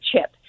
chip